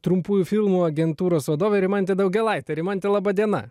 trumpųjų filmų agentūros vadovė rimantė daugėlaitė rimante laba diena